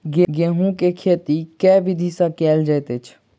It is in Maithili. गेंहूँ केँ खेती केँ विधि सँ केल जाइत अछि?